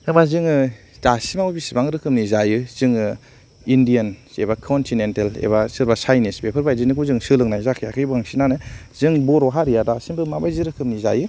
होनब्ला जोङो दासिमाव बेसेबां रोखोमनि जायो जोङो इन्डियान एबा कन्टिनेन्टेल एबा सोरबा चाइनिस बेफोरबादिनिखौ जोङो सोलोंनाय जाखायाखै बांसिनानो जों बर' हारिया दासिमबो माबादि रोखोमनि जायो